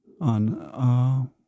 on